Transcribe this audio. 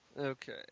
Okay